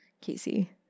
Casey